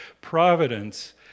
Providence